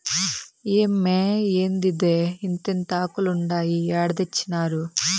ఏమ్మే, ఏందిదే ఇంతింతాకులుండాయి ఏడ తెచ్చినారు